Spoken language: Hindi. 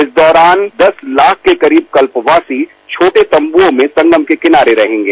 इस दौरान दस लाख के करीब कल्पवासी छोटे तम्बुओं में संगम के किनारे रहेंगे